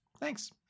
thanks